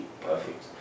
perfect